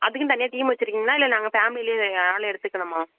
அதுக்குன்னு தனியாக டீம் வச்சுருக்கீங்களா இல்லை நாங்கள் ஃபேமிலிலேயே ஆள் எடுத்துக்கணுமா